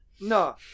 No